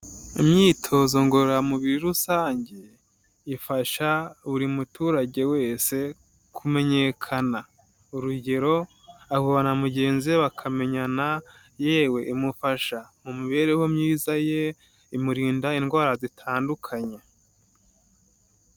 Imyitozo ngororamubiri rusange, ifasha buri muturage wese kumenyekana, urugero ahura na mugenzi we bakamenyana, yewe imufasha mu mibereho myiza ye, imurinda indwara zitandukanye.